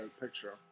picture